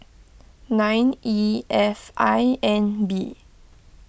nine E F I N B